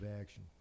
action